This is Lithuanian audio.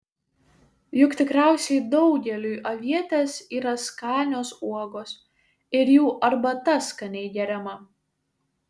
juk tikriausiai daugeliui avietės yra skanios uogos ir jų arbata skaniai geriama